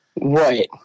Right